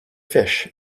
fish